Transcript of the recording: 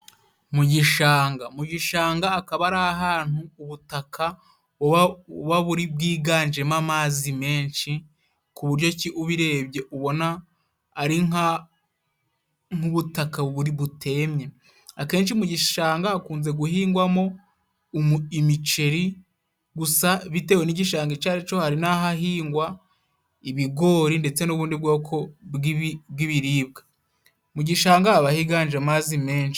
Mu gishanga, mu gishanga hakaba ari ahantu ubutaka buba buri bwiganjemo amazi menshi ku buryo ki ubirebye ubona ari nka nk'ubutaka buri butemye. Akenshi mu gishanga hakunze guhingwamo imiceri gusa bitewe n'igishanga ico ari co, hari n'ahahingwa ibigori ndetse n'ubundi bwoko bw'ibiribwa. Mu gishanga haba higanje amazi menshi.